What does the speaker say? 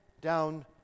down